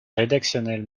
rédactionnel